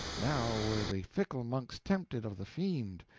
now were the fickle monks tempted of the fiend,